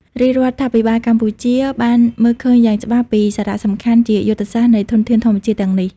រាជរដ្ឋាភិបាលកម្ពុជាបានមើលឃើញយ៉ាងច្បាស់ពីសារៈសំខាន់ជាយុទ្ធសាស្ត្រនៃធនធានធម្មជាតិទាំងនេះ។